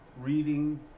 reading